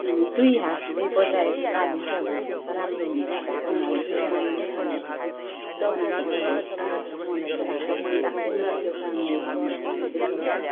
दुई हातले बजाएको ताली चाहिँ अब राम्रो हुन्छ त्यही कारण अब दुईजानाले नै खानाहरू चाहिँ बनाएको चाहिँ अब मलाई चाहिँ लाग्छ महिला कै मात्रै त्यो काम हो भन्नु चाहिँ त्यो चाहिँ गलत हो